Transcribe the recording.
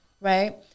right